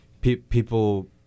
People